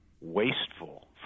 wasteful